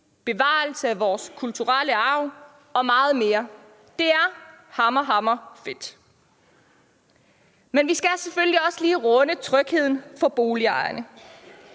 bevarelse af vores kulturelle arv og meget mere. Det er hammer hammer fedt. Men vi skal selvfølgelig også lige runde trygheden for boligejerne.